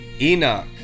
Enoch